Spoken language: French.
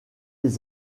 des